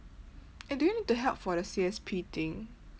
eh do you need to help for the C_S_P thing